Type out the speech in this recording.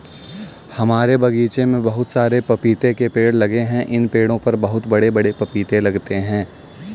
हमारे बगीचे में बहुत सारे पपीते के पेड़ लगे हैं इन पेड़ों पर बहुत बड़े बड़े पपीते लगते हैं